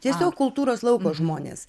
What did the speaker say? tiesiog kultūros lauko žmonės